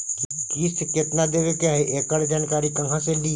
किस्त केत्ना देबे के है एकड़ जानकारी कहा से ली?